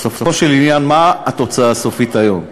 בסופו של עניין, מה התוצאה הסופית היום?